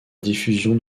diffusion